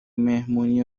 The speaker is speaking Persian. مهمونی